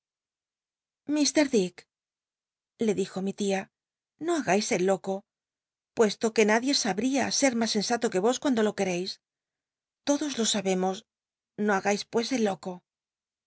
dick le dijo mi tia no hngais el loco puesto que nadie sabria ser mas sensato que vos cuando lo quereis todos lo sabemos no hagais pues el loco